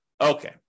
Okay